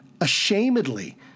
ashamedly